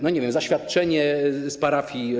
No, nie wiem, zaświadczenie z parafii?